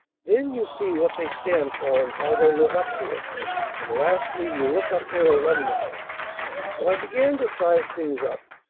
then you see what they stand for, and how they live up to it and lastly you look up their alumni so i began to size things up,